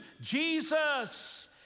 Jesus